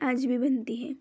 आज भी बनती हैं